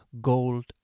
Gold